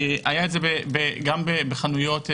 זה קרה גם בחנויות,